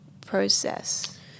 process